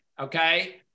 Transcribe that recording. okay